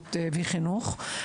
בריאות וחינוך.